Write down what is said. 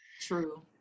True